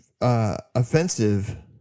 offensive